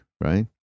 right